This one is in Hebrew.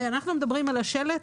אנחנו מדברים על השלט?